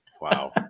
wow